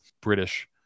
British